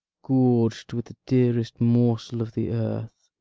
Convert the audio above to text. gorg'd with the dearest morsel of the earth,